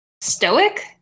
Stoic